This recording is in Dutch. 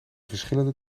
verschillende